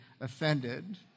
offended